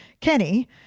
Kenny